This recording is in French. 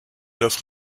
offre